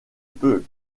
peut